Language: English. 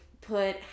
put